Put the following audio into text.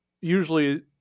usually